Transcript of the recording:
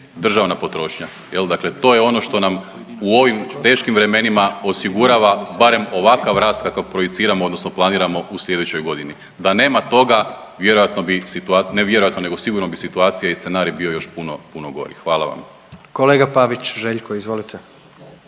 državna potrošnja jel to je dakle ono što nam u ovim teškim vremenima osigurava barem ovakav rast kakav projiciramo odnosno planiramo u slijedećoj godini. Da nema toga vjerojatno bi, ne vjerojatno nego sigurno bi situacija i scenarij bio još puno, puno gori. Hvala vam. **Jandroković,